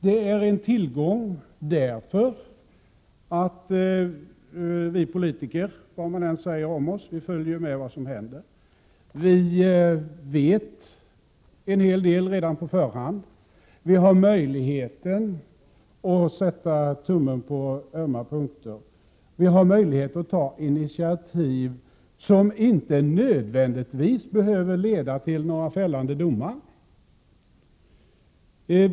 Det är en tillgång därför att vi politiker, vad man än säger om oss, följer med vad som händer. Vi vet en hel del redan på förhand. Vi har möjlighet att sätta tummen på ömma punkter. Vi har möjlighet att ta initiativ som inte nödvändigtvis behöver leda till några fällande domar.